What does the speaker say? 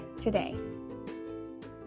today